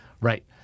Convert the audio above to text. Right